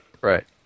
Right